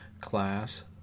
class